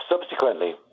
Subsequently